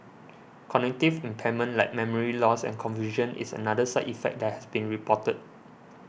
cognitive impairment like memory loss and confusion is another side effect that has been reported